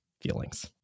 feelings